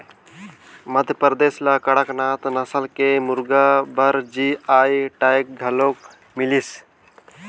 मध्यपरदेस ल कड़कनाथ नसल के मुरगा बर जी.आई टैग घलोक मिलिसे